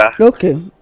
okay